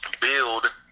build